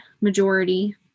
majority